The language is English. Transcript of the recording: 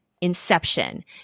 Inception